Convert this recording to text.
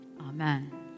amen